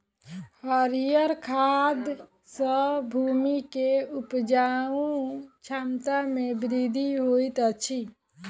हरीयर खाद सॅ भूमि के उपजाऊ क्षमता में वृद्धि होइत अछि